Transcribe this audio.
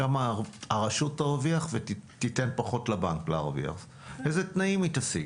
כמה הרשות תרוויח וכמה תנאים היא תשיג.